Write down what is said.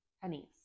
pennies